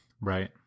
Right